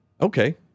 Okay